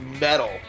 metal